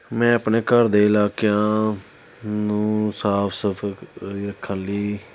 ਮੈਂ ਆਪਣੇ ਘਰ ਦੇ ਇਲਾਕਿਆਂ ਨੂੰ ਸਾਫ ਸੁਫਕ ਜਾਂ ਖਾਲੀ